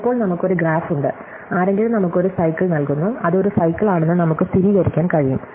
ഇപ്പോൾ നമുക്ക് ഒരു ഗ്രാഫ് ഉണ്ട് ആരെങ്കിലും നമുക്ക് ഒരു സൈക്കിൾ നൽകുന്നു അത് ഒരു സൈക്കിൾ ആണെന്ന് നമുക്ക് സ്ഥിരീകരിക്കാൻ കഴിയും